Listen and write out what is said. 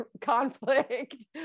Conflict